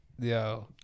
Yo